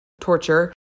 torture